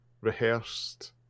rehearsed